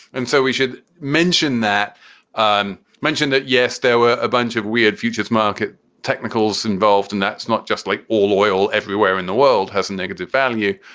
and so we should mention that i um mentioned that, yes, there were a bunch of weird futures market technicals involved. and that's not just like all oil everywhere in the world has a negative value,